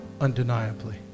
undeniably